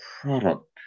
product